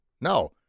No